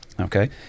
Okay